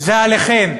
זה עליכם.